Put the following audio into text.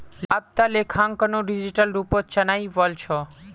अब त लेखांकनो डिजिटल रूपत चनइ वल छ